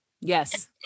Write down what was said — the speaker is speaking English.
Yes